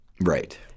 Right